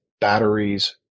batteries